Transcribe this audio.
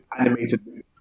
animated